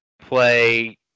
play